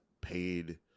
paid